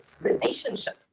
relationship